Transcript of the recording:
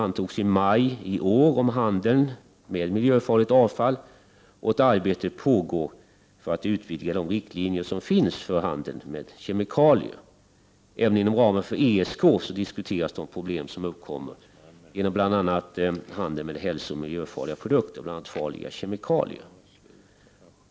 En global konvention om handeln med miljöfarligt avfall antogs i maj iår, och arbete pågår för att utvidga de riktlinjer som finns för handel med kemikalier. Även inom ramen för ESK diskuteras de problem som uppkommer genom bl.a. handeln med hälsooch miljöfarliga produkter, bl.a. farliga kemikalier.